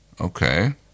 Okay